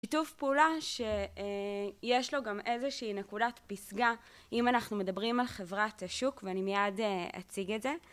שיתוף פעולה שיש לו גם איזושהי נקודת פסגה אם אנחנו מדברים על חברת השוק ואני מיד אציג את זה